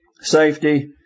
safety